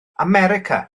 america